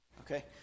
okay